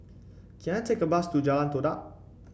can I take a bus to Jalan Todak